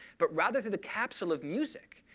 but rather through the capsule of music.